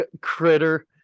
critter